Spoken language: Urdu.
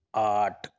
آٹھ